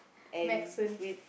and with